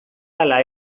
ala